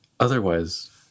Otherwise